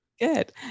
good